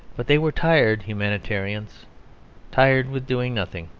but they were tired humanitarians tired with doing nothing.